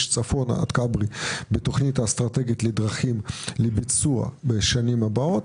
צפונה עד כברי בתכנית אסטרטגית לדרכים לביצוע בשנים הבאות,